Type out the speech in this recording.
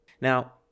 Now